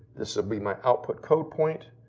this ah be my output code point,